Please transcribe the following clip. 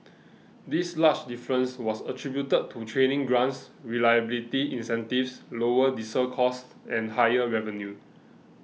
this large difference was attributed to training grants reliability incentives lower diesel costs and higher revenue